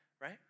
right